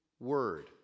word